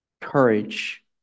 courage